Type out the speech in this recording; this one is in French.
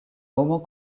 moment